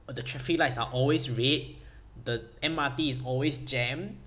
or the traffic lights are always red the M_R_T is always jammed